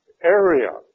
area